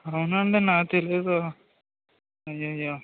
అవునా అండి నాకు తెలీదు అయ్యయ్యో